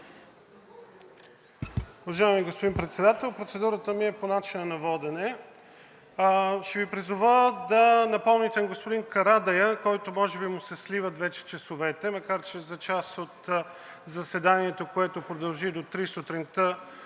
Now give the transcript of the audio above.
Уважаеми господин Председател, процедурата ми е по начина на водене. Ще Ви призова да напомните на господин Карадайъ, на който може би му се сливат часовете, макар че за част от заседанието, което продължи до три сутринта,